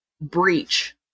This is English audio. breach